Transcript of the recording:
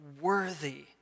worthy